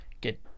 get